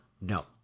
No